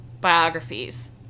biographies